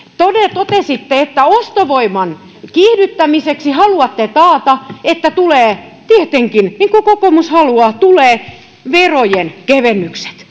totesitte että ostovoiman kiihdyttämiseksi haluatte taata että tulee tietenkin niin kuin kokoomus haluaa verojen kevennykset